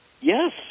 Yes